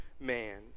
man